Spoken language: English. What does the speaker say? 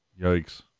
yikes